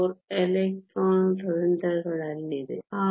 54 electron ರಂಧ್ರಗಳಲ್ಲಿದೆ